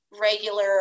regular